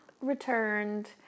returned